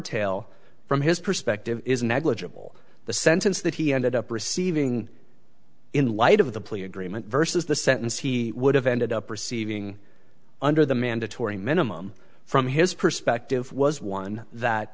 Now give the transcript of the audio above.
tale from his perspective is negligible the sentence that he ended up receiving in light of the plea agreement versus the sentence he would have ended up receiving under the mandatory minimum from his perspective was one that